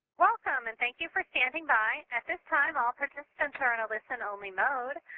welcome and thank you for standing by. at this time, all participants are in a listen-only mode.